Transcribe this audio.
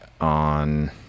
on